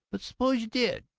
but suppose you did!